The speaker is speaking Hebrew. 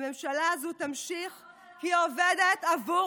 לעבוד על